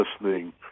listening